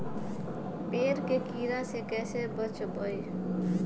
पेड़ के कीड़ा से कैसे बचबई?